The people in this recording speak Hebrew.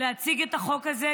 מאוד להציג את החוק הזה,